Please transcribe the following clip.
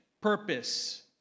purpose